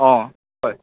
অ হয়